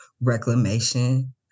reclamation